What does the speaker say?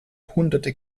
hunderte